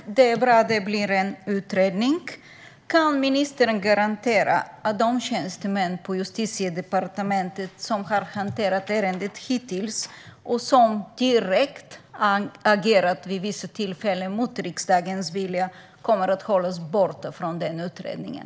Herr talman! Det är bra att det blir en utredning. Kan ministern garantera att de tjänstemän på Justitiedepartementet som har hanterat ärendet hittills och som vid vissa tillfällen agerat direkt mot riksdagens vilja kommer att hållas borta från utredningen?